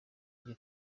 iryo